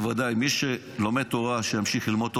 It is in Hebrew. בוודאי שמי שלומד תורה שימשיך ללמוד תורה.